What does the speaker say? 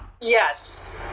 Yes